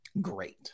great